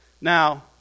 Now